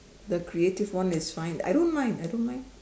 the creative one is fine I don't mind I don't mind